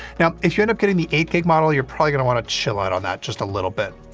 now, if you end up getting the eight gig model, you're probably gonna wanna chill out on that just a little bit.